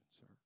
sir